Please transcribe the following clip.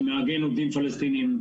שמארגן עובדים פלסטינים,